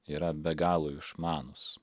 yra be galo išmanūs